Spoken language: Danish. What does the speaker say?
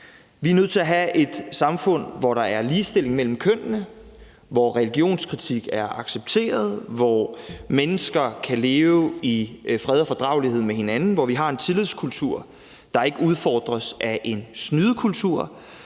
Vi er nødt til at have et samfund, hvor der er ligestilling mellem kønnene, hvor religionskritik er accepteret, hvor mennesker kan leve i fred og fordragelighed med hinanden, hvor vi har en tillidskultur, der ikke udfordres af en snydekultur,